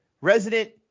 resident